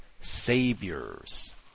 saviors